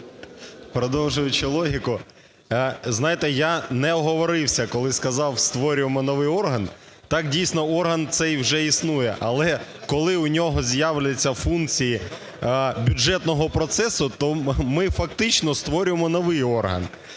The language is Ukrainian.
Продовжуючи логіку, знаєте, я не оговорився, коли сказав "створюємо новий орган". Так, дійсно, орган цей вже існує, але коли у нього з'являться функції бюджетного процесу, то ми фактично створюємо новий орган.